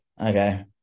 okay